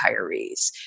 retirees